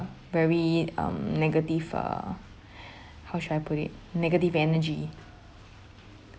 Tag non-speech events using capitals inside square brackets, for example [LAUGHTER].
very um negative uh [BREATH] how should I put it negative energy